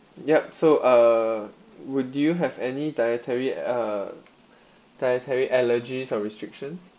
yup so uh would you have any dietary uh dietary allergies or restrictions